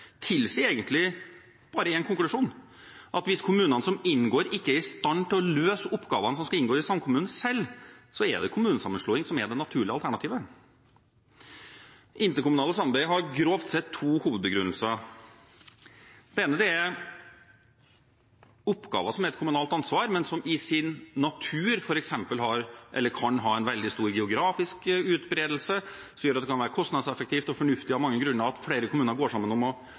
tilsier egentlig bare én konklusjon – hvis kommunene som inngår, ikke er i stand til å løse oppgavene som skal inngå i samkommunen, selv, er det kommunesammenslåing som er det naturlige alternativet. Interkommunalt samarbeid har grovt sett to hovedbegrunnelser. Det ene er oppgaver som er et kommunalt ansvar, men som i sin natur f.eks. har, eller kan ha, en veldig stor geografisk utbredelse som gjør at det kan være kostnadseffektivt og fornuftig av mange grunner at flere kommuner går sammen om å